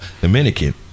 Dominican